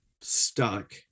stuck